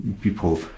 people